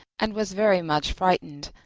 and was very much frightened,